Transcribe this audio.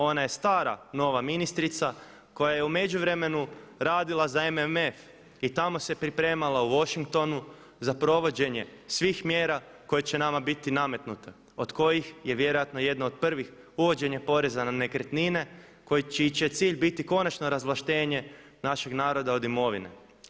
Ona je stara nova ministrica koja je u međuvremenu radila za MMF i tamo se pripremala u Washingtonu za provođenje svih mjera koje će nama biti nametnute od kojih je vjerojatno jedna od prvih uvođenje poreza na nekretnine čiji će cilj biti konačno razvlaštenje našeg naroda od imovine.